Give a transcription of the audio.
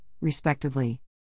respectively